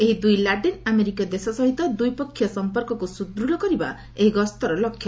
ଏହି ଦୁଇ ଲାଟିନ୍ ଆମେରିକୀୟ ଦେଶ ସହିତ ଦ୍ୱିପକ୍ଷୀୟ ସଂପର୍କକୁ ସୁଦୃଢ଼ କରିବା ଏହି ଗସ୍ତର ଲକ୍ଷ୍ୟ